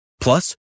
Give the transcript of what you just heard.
Plus